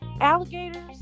alligators